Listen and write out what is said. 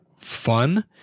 fun